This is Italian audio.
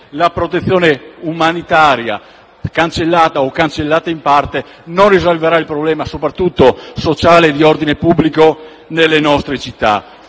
la protezione umanitaria, cancellata in parte, non risolverà il problema soprattutto sociale e di ordine pubblico nelle nostre città.